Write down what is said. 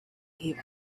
gave